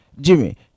jimmy